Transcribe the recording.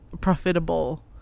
profitable